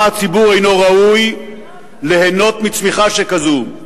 הציבור אינו ראוי ליהנות מצמיחה שכזו?